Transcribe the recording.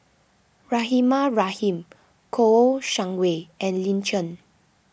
Rahimah Rahim Kouo Shang Wei and Lin Chen